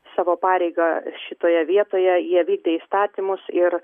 savo pareigą šitoje vietoje jie vykdė įstatymus ir